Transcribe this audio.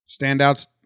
standouts